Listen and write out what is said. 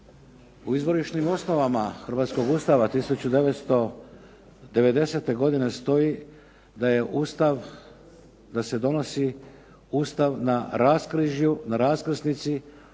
U izvorišnim osnovama hrvatskog Ustava 1990. godine stoji da je Ustav, da se donosi Ustav na raskrižju, na raskrsnici